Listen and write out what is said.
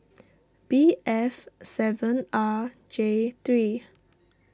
B F seven R J three